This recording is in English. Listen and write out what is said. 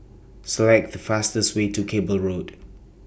Select The fastest Way to Cable Road